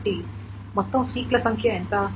ఇప్పుడు మొత్తం సీక్ ల సంఖ్య ఎంత